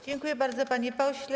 Dziękuję bardzo, panie pośle.